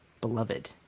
beloved